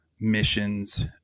missions